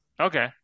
okay